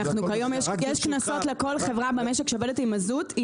כיום יש קנסות לכל חברה במשק שעובדת עם מזוט.